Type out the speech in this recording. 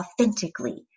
authentically